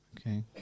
Okay